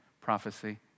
prophecy